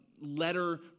letter